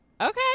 Okay